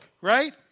right